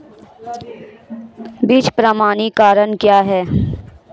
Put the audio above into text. बीज प्रमाणीकरण क्या है?